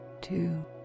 two